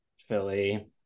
Philly